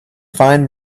fine